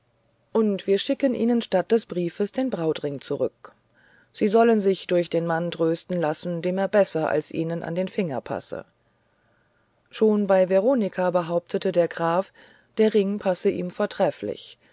und wir schickten ihnen statt des briefes den brautring zurück sie sollen sich durch den mann trösten lassen dem er besser als ihnen an den finger passe schon bei veronika behauptete der graf der ring passe ihm vortrefflich